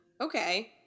Okay